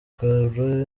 bagore